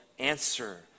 Answer